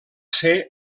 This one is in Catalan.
ser